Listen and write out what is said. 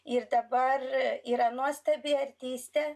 ir dabar yra nuostabi artistė